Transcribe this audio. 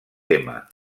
tema